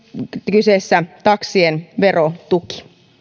kyseessä taksien verotuki